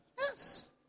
Yes